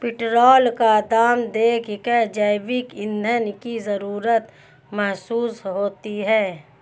petrol का दाम देखकर जैविक ईंधन की जरूरत महसूस होती है